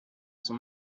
son